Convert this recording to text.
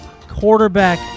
quarterback